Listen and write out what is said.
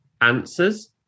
answers